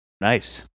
Nice